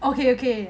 okay